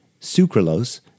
sucralose